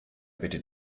bitte